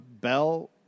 Bell